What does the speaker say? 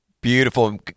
Beautiful